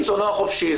ומי שזכה ברמה ה',